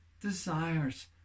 desires